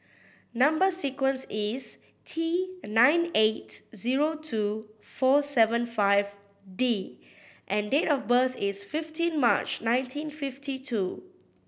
number sequence is T nine eight zero two four seven five D and date of birth is fifteen March nineteen fifty two